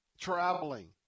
traveling